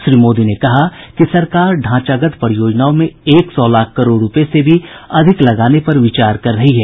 श्री मोदी ने कहा सरकार ढांचागत परियोजनाओं में एक सौ लाख करोड़ रूपए से भी अधिक लगाने पर विचार कर रही है